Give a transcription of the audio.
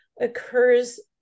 occurs